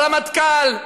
ברמטכ"ל,